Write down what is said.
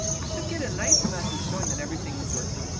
you should get a nice message showing that everything is working.